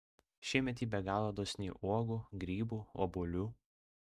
šiemet ji be galo dosni uogų grybų obuolių